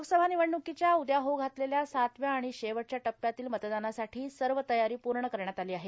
लोकसभा निवडणुकीच्या उद्या होऊ घातलेल्या सातव्या आणि शेवटच्या टप्प्यातील मतदानासाठी सर्व तयारी पूर्ण करण्यात आली आहे